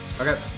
Okay